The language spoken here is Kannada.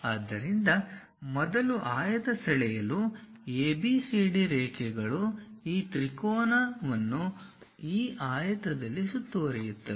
ಆದ್ದರಿಂದ ಮೊದಲು ಆಯತ ಸೆಳೆಯಲು ABCD ರೇಖೆಗಳು ಈ ತ್ರಿಕೋನವನ್ನು ಈ ಆಯತದಲ್ಲಿ ಸುತ್ತುವರಿಯುತ್ತವೆ